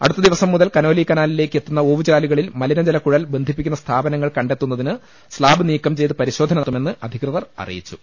അടുത്ത ദിവസം മുതൽ കനോലി കനാലിലേക്ക് എത്തുന്ന ഓവുചാലുക ളിൽ മലിനജല കുഴൽ ബന്ധിപ്പിക്കുന്ന സ്ഥാപനങ്ങൾ കണ്ടെ ത്തുന്നതിന് സ്ലാബ് നീക്കം ചെയ്ത് പരിശോധന നടത്തുമെന്ന് അധികൃതർ അറിയിച്ചു